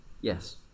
Yes